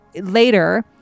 later